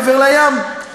מעבר לים.